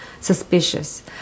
suspicious